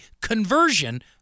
conversion